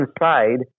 inside